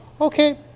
okay